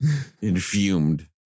Infumed